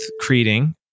creating